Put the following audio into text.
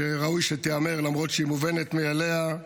שראוי שתיאמר למרות שהיא מובנת מאליה,